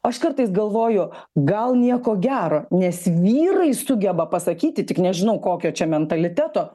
aš kartais galvoju gal nieko gero nes vyrai sugeba pasakyti tik nežinau kokio čia mentaliteto